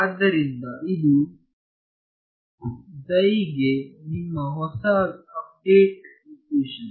ಆದ್ದರಿಂದ ಇದು ಗೆ ನಿಮ್ಮ ಹೊಸ ಅಪ್ಡೇಟ್ ಇಕ್ವೇಶನ್